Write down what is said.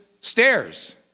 stairs